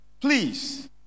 Please